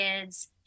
kids